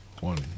One